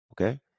Okay